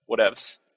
whatevs